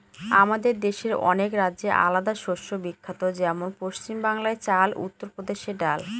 আমাদের দেশের অনেক রাজ্যে আলাদা শস্য বিখ্যাত যেমন পশ্চিম বাংলায় চাল, উত্তর প্রদেশে ডাল